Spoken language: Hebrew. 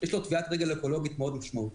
יש לו טביעת רגל אקולוגית מאוד משמעותית.